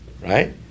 right